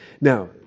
Now